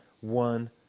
one